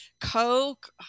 coke